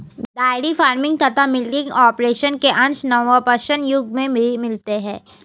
dairy farming तथा milking operation के अंश नवपाषाण युग में भी मिलते हैं